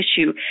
issue